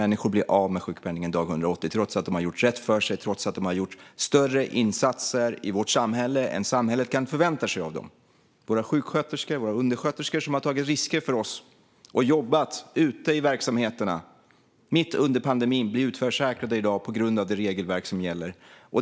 Människor blir av med sjukpenningen dag 180 trots att de har gjort rätt för sig, trots att de har gjort större insatser i vårt samhälle än samhället kan förvänta sig av dem. Våra sjuksköterskor och undersköterskor som har tagit risker för oss och jobbat ute i verksamheterna mitt under pandemin blir utförsäkrade på grund av det regelverk som gäller i dag.